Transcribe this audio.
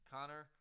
Connor